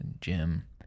Jim